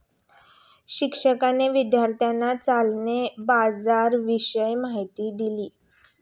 शिक्षकांनी विद्यार्थ्यांना चलन बाजाराविषयी माहिती दिली